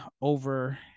over